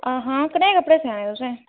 हां हां कनेह् कपड़े सेआने तुसें